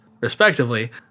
respectively